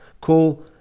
Call